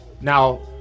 now